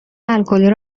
الکلی